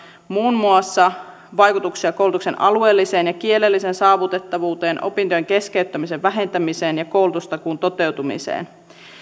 muun muassa vaikutuksia koulutuksen alueelliseen ja kielelliseen saavutettavuuteen opintojen keskeyttämisen vähentämiseen ja koulutustakuun toteutumiseen